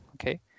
okay